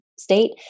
state